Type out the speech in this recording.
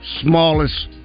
smallest